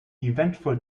eventful